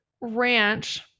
Ranch